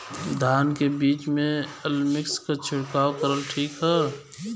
धान के बिज में अलमिक्स क छिड़काव करल ठीक ह?